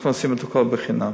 אנחנו עושים את הכול חינם.